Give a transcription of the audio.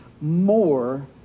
more